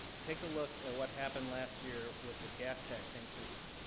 take a look at what happened last year with the gas tax increase.